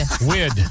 WID